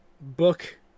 book